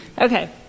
Okay